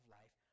life